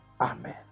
Amen